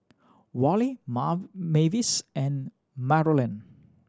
Worley Mavis and Marolyn